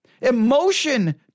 Emotion